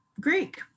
Greek